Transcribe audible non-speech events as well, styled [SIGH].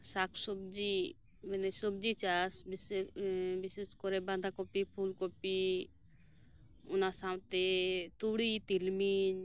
ᱥᱟᱠᱥᱚᱵᱡᱤ ᱢᱟᱱᱮ ᱥᱚᱵᱡᱤ ᱪᱟᱥ [UNINTELLIGIBLE] ᱵᱤᱥᱮᱥ ᱠᱚᱨᱮ ᱵᱟᱸᱫᱷᱟᱠᱚᱯᱤ ᱯᱷᱩᱞ ᱠᱚᱯᱤ ᱚᱱᱟ ᱥᱟᱶᱛᱮ ᱛᱩᱲᱤ ᱛᱤᱞᱢᱤᱧ